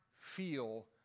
feel